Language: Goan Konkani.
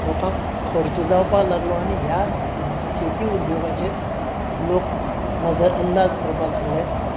लोकां खर्च जावपा लागलो आनी ह्या शेती उद्दोगाचेर लोक नजरअंदाज करपाक लागले